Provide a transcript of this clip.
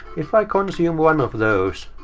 if i consume one of those,